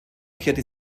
kehrte